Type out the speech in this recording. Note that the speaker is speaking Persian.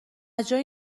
جایی